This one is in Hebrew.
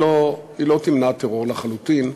היא לא תמנע טרור לחלוטין,